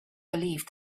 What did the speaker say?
believed